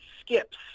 skips